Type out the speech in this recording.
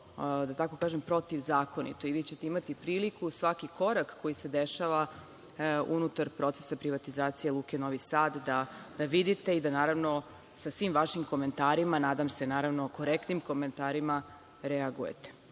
što bi bilo protivzakonito. Vi ćete imati priliku svaki korak koji se dešava unutar procesa privatizacije Luke Novi Sad da vidite i da naravno sa svim vašim komentarima, nadam se, naravno, korektnim komentarima, reagujete. Kada